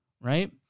right